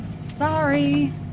Sorry